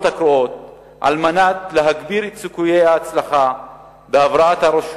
הקרואות על מנת להגביר את סיכויי ההצלחה בהבראת הרשות.